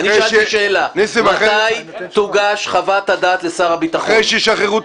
אני שאלתי שאלה: מתי תוגש חוות הדעת לשר הביטחון?